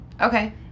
Okay